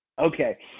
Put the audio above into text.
Okay